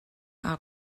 our